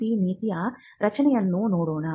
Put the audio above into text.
IP ನೀತಿಯ ರಚನೆಯನ್ನು ನೋಡೋಣ